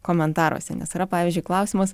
komentaruose nes yra pavyzdžiui klausimas